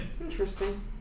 Interesting